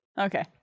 Okay